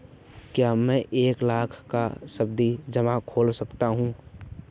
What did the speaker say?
क्या मैं एक लाख का सावधि जमा खोल सकता हूँ?